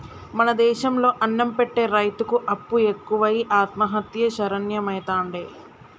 మన దేశం లో అన్నం పెట్టె రైతుకు అప్పులు ఎక్కువై ఆత్మహత్యలే శరణ్యమైతాండే